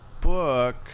book